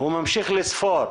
הוא ממשיך לספור.